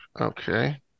Okay